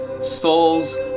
souls